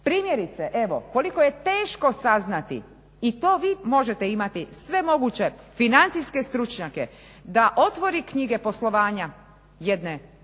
Primjerice, evo koliko je teško saznati i to vi možete imati, sve moguće financijske stručnjake, da otvori knjige poslovanja jedne